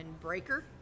Breaker